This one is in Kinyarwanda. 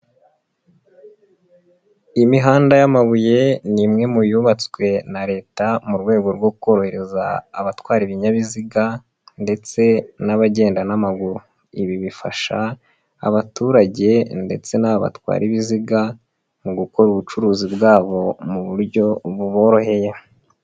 Imihanda y'amabuye ni imwe mu yubatswe na Leta mu rwego rwo korohereza abatwara ibinyabiziga ndetse n'abagenda n'amaguru, ibi bifasha abaturage ndetse n'abo batwara ibiziga mu gukora ubucuruzi bwabo mu buryo buboroheye.